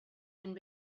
and